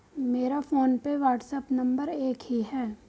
मेरा फोनपे और WhatsApp number एक ही है